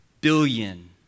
billion